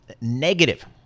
negative